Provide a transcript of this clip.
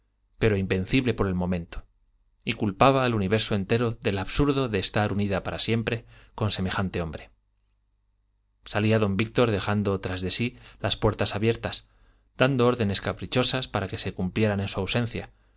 pero invencible por el momento y culpaba al universo entero del absurdo de estar unida para siempre con semejante hombre salía don víctor dejando tras sí las puertas abiertas dando órdenes caprichosas para que se cumplieran en su ausencia